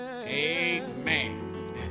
amen